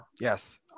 Yes